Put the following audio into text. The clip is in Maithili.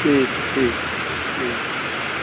ठीक छै ठीक छै ठीक